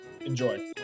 enjoy